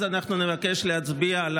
אז אנחנו נבקש להצביע על